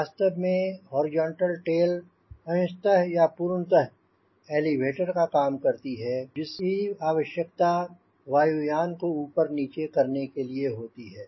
वास्तव में horizontal tail अंशत या पूर्णत एलीवेटर का काम करती है जिसकी आवश्यकता वायुयान को ऊपर नीचे करने के लिए होती है